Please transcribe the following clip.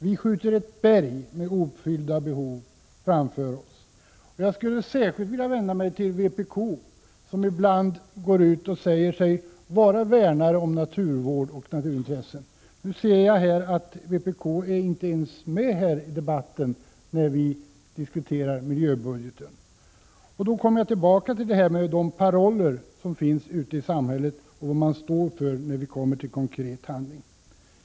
Vi skjuter ett berg av otillfredsställda behov framför oss. Jag skulle då särskilt vilja vända mig till vpk, som ibland utger sig för att vara företrädare för naturvården och värnare av naturintressena. Nu ser jag att vpk inte ens är med i debatten när vi diskuterar miljöbudgeten. Jag kommer då tillbaka till skillnaden mellan de paroller som framförs ute i samhället och vad man står för när det kommer till konkret handling.